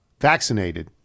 Vaccinated